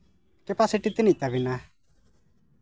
capacity ᱛᱤᱱᱟᱹᱜ ᱛᱟᱹᱵᱤᱱᱟ